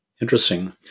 Interesting